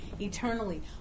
eternally